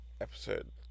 episode